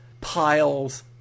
piles